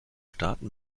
staaten